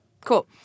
Cool